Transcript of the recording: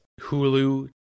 Hulu